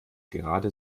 gerade